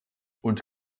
und